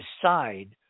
decide